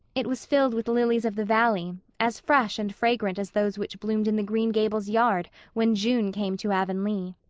it was filled with lilies-of-the-valley, as fresh and fragrant as those which bloomed in the green gables yard when june came to avonlea.